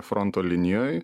fronto linijoj